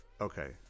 okay